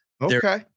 Okay